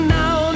now